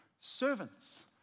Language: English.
servants